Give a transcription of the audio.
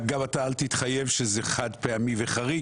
גם אתה אל תתחייב שזה חד-פעמי וחריג,